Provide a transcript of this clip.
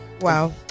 Wow